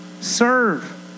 serve